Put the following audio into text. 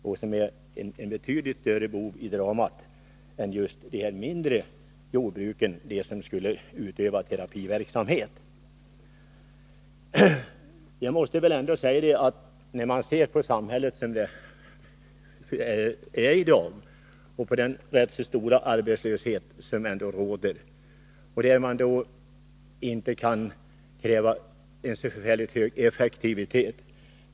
Det är en betydligt större bov i dramat än de mindre jordbruken, de som skulle utöva ”terapiverksamhet”. Jag måste säga att när man ser på samhället som det är i dag med den rätt stora arbetslöshet som råder, kan man inte konstatera en så förfärligt hög effektivitet.